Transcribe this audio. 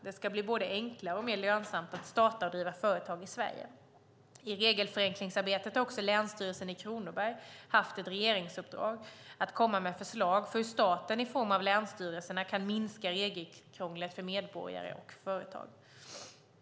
Det ska bli både enklare och mer lönsamt att starta och driva företag i Sverige. I regelförenklingsarbetet har också Länsstyrelsen i Kronobergs län haft ett regeringsuppdrag att komma med förslag för hur staten - i form av länsstyrelserna - kan minska regelkrånglet för medborgare och företag.